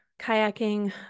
kayaking